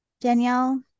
Danielle